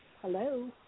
hello